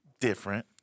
different